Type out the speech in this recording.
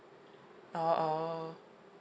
oh oh